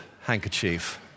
handkerchief